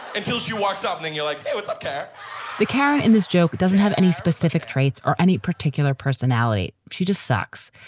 until she walks something you like like ah the karen in this joke doesn't have any specific traits or any particular personality. she just sucks.